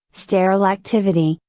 sterile activity,